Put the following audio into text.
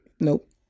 Nope